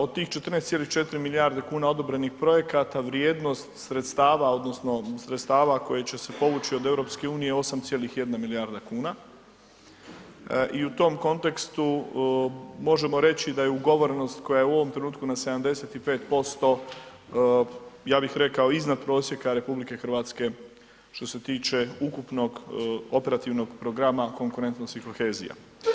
Od tih 14,4 milijarde kuna odobrenih projekata vrijednost sredstava odnosno sredstava koje će se povući od EU je 8,1 milijarda kuna i u tom kontekstu možemo reći da je ugovorenost koja je u ovom trenutku na 75%, ja bih rekao, iznad prosjeka RH što se tiče ukupnog operativnog programa konkurentnosti i kohezija.